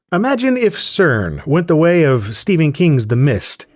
imagine if cern went the way of stephen king's the mist,